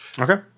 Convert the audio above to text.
Okay